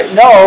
no